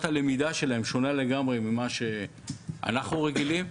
הלמידה שלהם שונה לגמרי ממה שאנחנו רגילים.